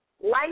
Life